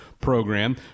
program